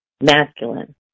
Masculine